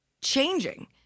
changing